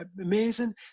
amazing